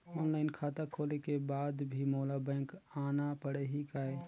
Online खाता खोले के बाद भी मोला बैंक आना पड़ही काय?